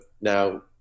now